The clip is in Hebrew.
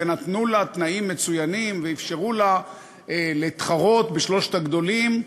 ונתנו לה תנאים מצוינים ואפשרו לה להתחרות בשלושת הגדולים,